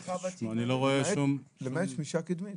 למעט שמשה קדמית.